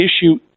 issue